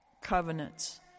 covenants